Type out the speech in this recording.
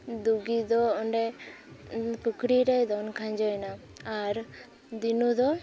ᱫᱩᱜᱤ ᱫᱚ ᱚᱸᱰᱮ ᱯᱩᱠᱷᱨᱤ ᱨᱮᱭ ᱫᱚᱱ ᱠᱷᱟᱡᱚᱭ ᱮᱱᱟ ᱟᱨ ᱫᱤᱱᱩ ᱫᱚ